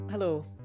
Hello